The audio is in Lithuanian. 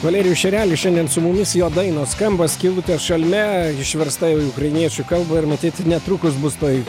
valerijus šerelis šiandien su mumis jo dainos skamba skylutės šalme išversta į ukrainiečių kalbą ir matyt netrukus bus toj